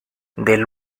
del